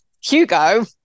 Hugo